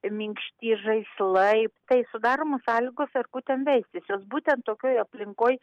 minkšti žaislai tai sudaromos sąlygos erkutėm veistis jos būtent tokioj aplinkoj